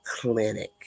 Clinic